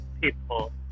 people